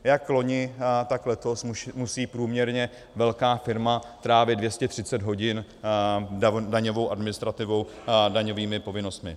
Jak loni, tak letos musí průměrně velká firma trávit 230 hodin daňovou administrativou, daňovými povinnostmi.